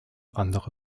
andere